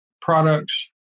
products